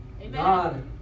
God